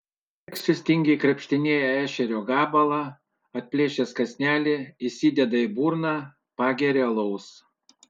aleksius tingiai krapštinėja ešerio gabalą atplėšęs kąsnelį įsideda į burną pageria alaus